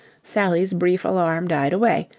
sally's brief alarm died away,